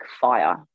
fire